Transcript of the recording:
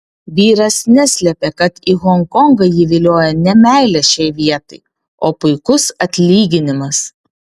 vyras neslepia kad į honkongą jį vilioja ne meilė šiai vietai o puikus atlyginimas